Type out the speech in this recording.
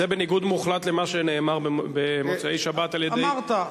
זה בניגוד מוחלט למה שנאמר במוצאי-שבת, אמרת.